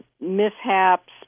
mishaps